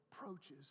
approaches